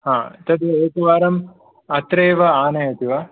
तर्हि एकवारम् अत्रैव आनयति वा